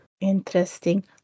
Interesting